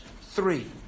three